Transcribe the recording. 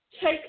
Take